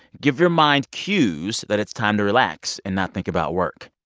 give your mind cues that it's time to relax and not think about work